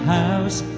house